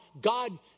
God